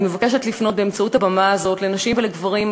אני מבקשת לפנות באמצעות הבמה הזאת לנשים ולגברים,